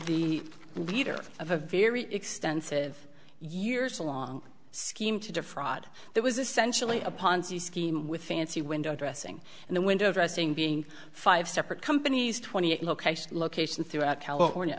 the leader of a very extensive years a long scheme to defraud that was essentially a ponzi scheme with fancy window dressing and the window dressing being five separate companies twenty eight locations locations throughout california